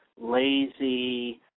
lazy